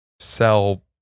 sell